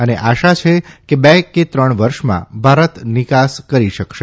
અને આશા છે કે બે કે ત્રણ વર્ષમાં ભારત નિકાસ કરી શકશે